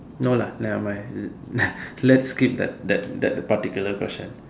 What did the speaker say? no lah nevermind let's skip that that that particular question